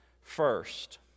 first